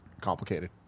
Complicated